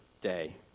day